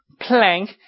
plank